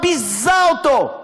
ביזה אותו,